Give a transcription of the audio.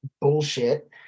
bullshit